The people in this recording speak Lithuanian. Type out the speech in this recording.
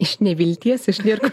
iš nevilties iš nieko